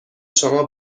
شما